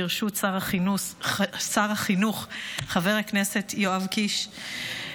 ברשות שר החינוך חבר הכנסת יואב קיש,